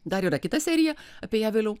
dar yra kita serija apie ją vėliau